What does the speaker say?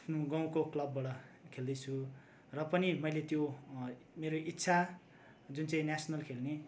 आफ्नो गाउँको क्लबबाट खेल्दैछु र पनि मैले त्यो मेरो इच्छा जुन चाहिँ नेसनल खेल्ने